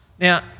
Now